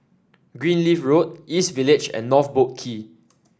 Greenleaf Road East Village and North Boat Quay